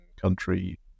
country